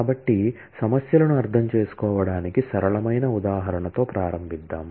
కాబట్టి సమస్యలను అర్థం చేసుకోవడానికి సరళమైన ఉదాహరణతో ప్రారంభిద్దాం